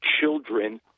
children